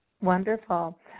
Wonderful